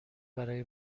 برای